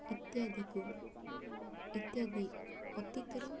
ଇତ୍ୟାଦିକୁ ଇତ୍ୟାଦି ଅତୀତର